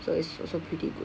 so it's also pretty good